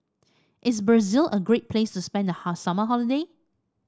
is Brazil a great place to spend the summer holiday